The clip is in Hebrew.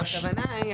אבל הכוונה היא,